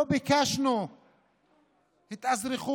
לא ביקשנו התאזרחות,